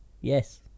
Yes